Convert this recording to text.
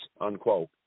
unquote